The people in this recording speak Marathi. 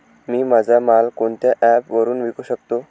मी माझा माल कोणत्या ॲप वरुन विकू शकतो?